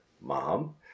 Mom